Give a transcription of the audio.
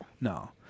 No